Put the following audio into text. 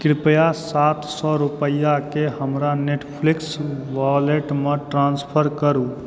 कृप्या सात सए रूपैआकेँ हमरा नेटफ्लिक्स वॉलेटमे ट्रांसफर करू